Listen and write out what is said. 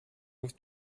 with